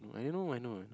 I know I know I know